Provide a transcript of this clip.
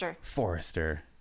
Forrester